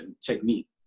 technique